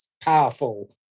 powerful